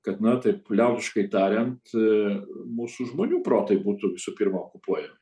kad na taip liaudiškai tariant mūsų žmonių protai būtų visų pirma okupuojami